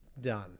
done